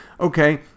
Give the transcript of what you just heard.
okay